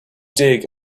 dig